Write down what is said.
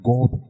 God